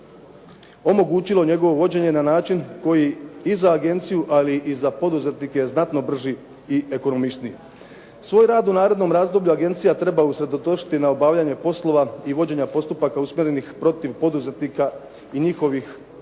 omogućilo njegovo vođenje na način koji i za agenciju, ali i za poduzetnike je znatno brži i ekonomičniji. Svoj rad u narednom razdoblju agencija treba usredotočiti na obavljanje poslova i vođenja postupaka usmjerenih protiv poduzetnika i njihovih udruga